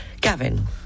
Gavin